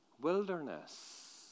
wilderness